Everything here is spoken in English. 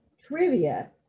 trivia